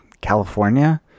California